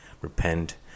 Repent